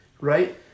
right